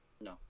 No